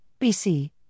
BC